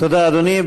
תודה, אדוני.